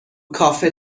کافه